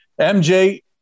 MJ